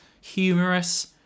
Humorous